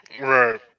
right